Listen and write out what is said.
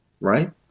Right